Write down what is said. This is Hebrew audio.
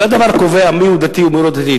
זה הדבר הקובע מיהו דתי ומיהו לא דתי.